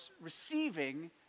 receiving